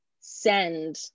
send